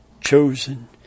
chosen